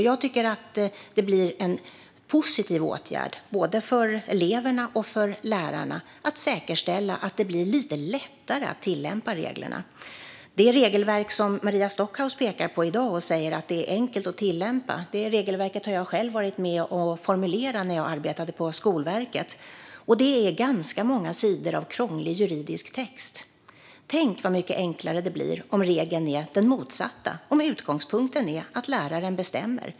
Jag tycker att det blir en positiv åtgärd både för eleverna och för lärarna att vi säkerställer att det blir lättare att tillämpa reglerna. Det regelverk som Maria Stockhaus pekar på i dag och säger är enkelt att tillämpa var jag själv med och formulerade när jag arbetade på Skolverket, och det är ganska många sidor av krånglig juridisk text. Tänk hur mycket enklare det blir om regeln är den motsatta, om utgångspunkten är att läraren bestämmer.